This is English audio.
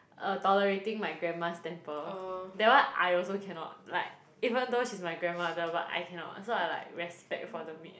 uh tolerating my grandma's temper that [one] I also cannot like even though she's my grandmother but I cannot so I like respect for the maid